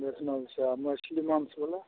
बैष्णव छै मछली माँस बला